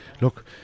look